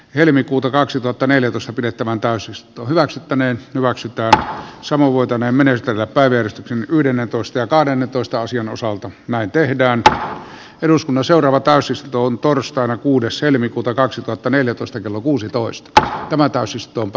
helmikuuta kaksituhattaneljätoista pidettävään pääsy sto hyväksyttäneen hyväksytään se luota näin menetellä päivystyksen yhdennentoista kahdennentoista sijan osalta näin tehdä antaa eduskunnan seuraava täysistuntoon torstaina kuudes helmikuuta kaksituhattaneljätoista jotkin kadonneiden etsinnöissä avustamiset